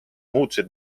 muutused